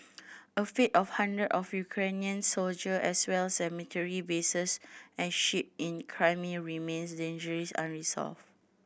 a fate of hundred of Ukrainian soldier as well as military bases and ship in Crimea remains dangerously unresolved